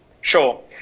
sure